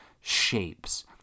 shapes